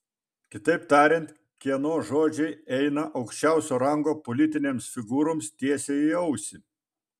kitaip tariant kieno žodžiai eina aukščiausio rango politinėms figūroms tiesiai į ausį